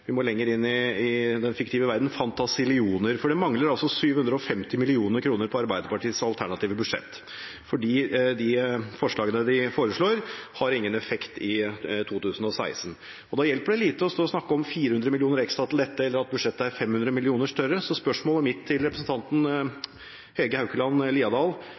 vi må lenger inn i den fiktive verden – fantasillioner; det mangler 750 mill. kr på Arbeiderpartiets alternative budsjett, for de forslagene de foreslår, har ingen effekt i 2016. Da hjelper det lite å stå og snakke om 400 mill. kr ekstra til dette eller at budsjettet er 500 mill. kr større. Så spørsmålet mitt til representanten Hege Haukeland Liadal